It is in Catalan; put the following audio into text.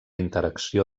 interacció